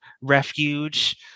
refuge